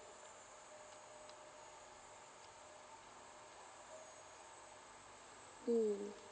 mm